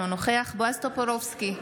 אינו נוכח בועז טופורובסקי,